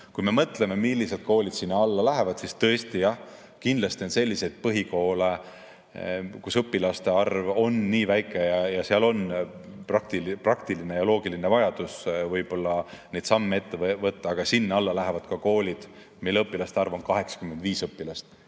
Kui me mõtleme, millised koolid sinna alla lähevad, siis tõesti jah, kindlasti on selliseid põhikoole, kus õpilaste arv on nii väike ning seal võib olla praktiline ja loogiline vajadus neid samme ette võtta. Aga sinna alla lähevad ka koolid, kus õpilaste arv on 85, 75, 80.